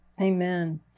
Amen